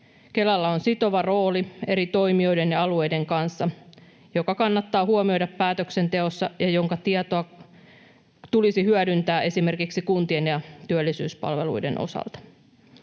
Kelalla on sitova rooli eri toimijoiden ja alueiden kanssa, mikä kannattaa huomioida päätöksenteossa, ja sen tietoa tulisi hyödyntää esimerkiksi kuntien ja työllisyyspalveluiden osalta.